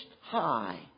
high